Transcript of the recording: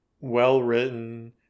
well-written